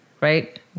Right